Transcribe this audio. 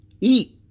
eat